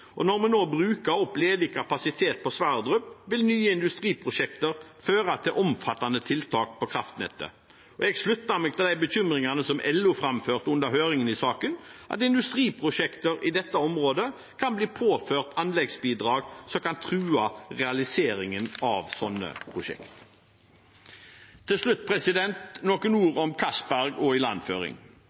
og når vi nå bruker opp ledig kapasitet på Johan Sverdrup-feltet, vil nye industriprosjekter føre til omfattende tiltak på kraftnettet. Jeg slutter meg til de bekymringene som LO framførte under høringen i saken, at industriprosjekter i dette området kan bli påført anleggsbidrag som kan true realiseringen av slike prosjekter. Til slutt noen ord om Johan Castberg-feltet og